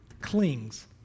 clings